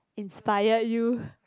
inspire you